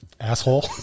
asshole